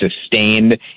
sustained